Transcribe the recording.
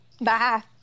Bye